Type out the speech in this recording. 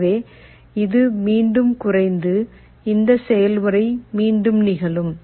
எனவே இது மீண்டும் குறைந்து இந்த செயல்முறை மீண்டும் நிகழும்